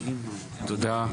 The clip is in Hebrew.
תודה,